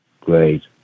Great